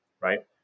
right